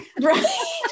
Right